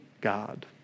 God